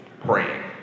praying